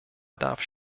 darf